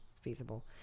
feasible